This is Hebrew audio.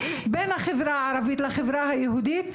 בין החברה הערבית לחברה היהודית,